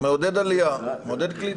מעודד עלייה, מעודד קליטה.